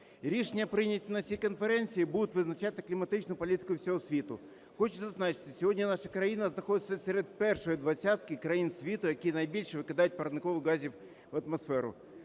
Рішення, прийняті на цій конференції, будуть визначати кліматичну політику всього світу. Хочу зазначити, сьогодні наша країна знаходиться серед першої двадцяти країн світу, які найбільше викидають парникових газів в атмосферу.